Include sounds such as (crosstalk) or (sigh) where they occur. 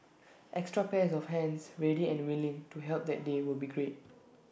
(noise) extra pairs of hands ready and willing to help that day would be great